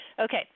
Okay